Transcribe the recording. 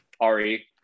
Ari